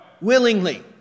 Willingly